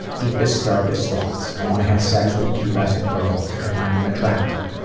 deepest, darkest thoughts, i want to have sex with pubescent girls, i find them attractive.